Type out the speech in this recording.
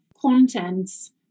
contents